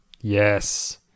yes